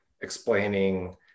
explaining